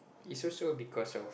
it's also because of